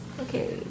Okay